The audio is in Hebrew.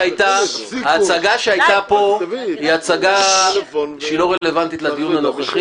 ההצגה שהייתה פה היא הצגה שהיא לא רלוונטית לדיון הנוכחי.